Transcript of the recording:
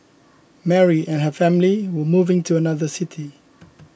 Mary and her family were moving to another city